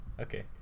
Okay